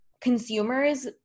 Consumers